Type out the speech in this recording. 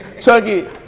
Chucky